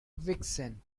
vixen